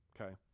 okay